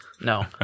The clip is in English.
No